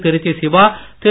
Trichy Siva Thiru